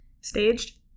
Staged